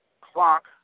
clock